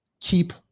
keep